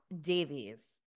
davies